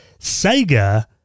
Sega